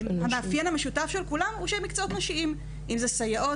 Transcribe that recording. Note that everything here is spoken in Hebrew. והמאפיין המשותף של כולם הוא שהם מקצועות נשיים; אם זה סייעות,